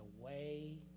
away